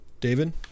David